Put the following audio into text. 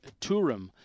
Turum